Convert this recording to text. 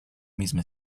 misma